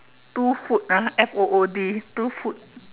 two food ah F O O D two food